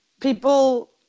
people